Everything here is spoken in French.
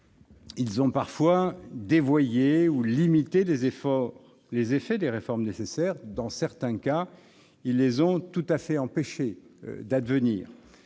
qui ont parfois dévoyé ou limité les effets des réformes nécessaires. Dans certains cas, ils ont tout à fait empêché les